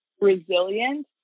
resilient